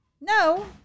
No